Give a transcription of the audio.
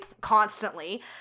constantly